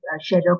shadow